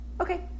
Okay